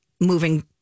moving